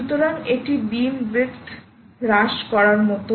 সুতরাং এটি beam width হ্রাস করার মতো